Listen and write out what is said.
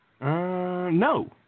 No